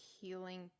healing